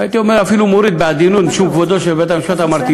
משום כבודו של בית-המשפט אמרתי